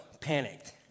panicked